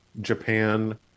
Japan